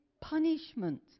punishment